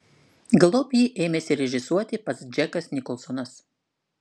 galop jį ėmėsi režisuoti pats džekas nikolsonas